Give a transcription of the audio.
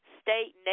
state